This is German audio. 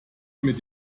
mit